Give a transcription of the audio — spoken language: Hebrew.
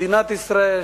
של מדינת ישראל,